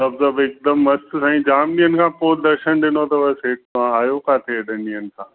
सभु सभु हिकदमु मस्त साईं जाम ॾींहंनि खां पोइ दर्शन ॾिनो अथव सेठ तव्हां आहियो किते एॾनि ॾींअनि खां